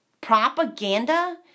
propaganda